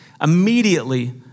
Immediately